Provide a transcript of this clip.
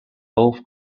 both